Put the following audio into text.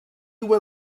when